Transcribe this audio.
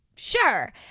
Sure